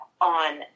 on